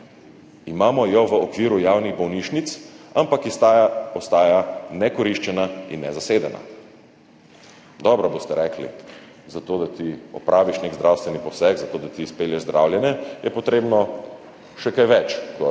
Imamo jih v okviru javnih bolnišnic, ampak ostajajo nekoriščene in nezasedene. Dobro, boste rekli, zato da ti opraviš nek zdravstveni poseg, zato da ti izpelješ zdravljenje, je potrebno še kaj več kot